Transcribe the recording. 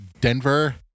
denver